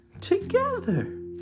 together